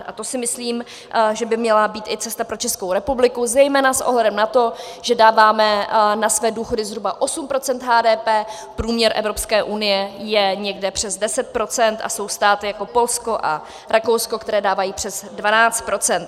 A to si myslím, že to by měla být cesta i pro Českou republiku, zejména s ohledem na to, že dáváme na své důchody zhruba 8 % HDP, průměr Evropské unie je někde přes 10 %, a jsou státy jako Polsko a Rakousko, která dávají přes 12 %.